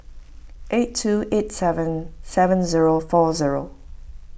eight two eight seven seven zero four zero